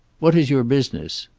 what is your business?